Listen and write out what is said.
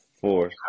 four